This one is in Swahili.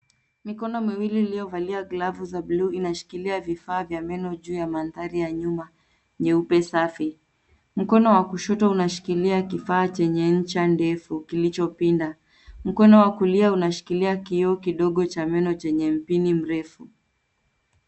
Mikono miwili iliyovalia glavu za bluu inashikilia vifaa vya meno juu ya mandhari ya nyuma nyeupe safi. Mkono wa kushoto unashikilia kifaa chenye incha ndefu kilichopinda. Mkono wa kulia unashikilia kioo kidogo cha meno, chenye mpini mrefu.